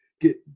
Get